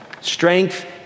strength